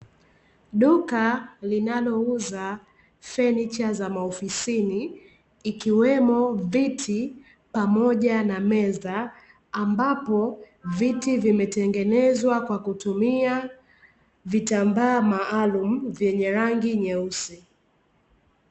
Duka linalouza fenicha za maofisini, ikiwemo viti pamoja na meza, ambapo viti vimetengenezwa kwa kutumia vitambaa maalumu vyenye rangi nyeusi.